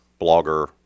blogger